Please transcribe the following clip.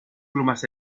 plumas